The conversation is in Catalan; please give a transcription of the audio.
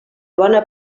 bona